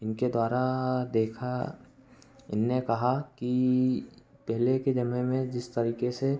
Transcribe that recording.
इनके द्वारा देखा इन्होंने कहा कि पहले के समय में जिस तरीक़े से